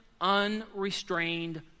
unrestrained